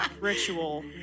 ritual